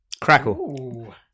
Crackle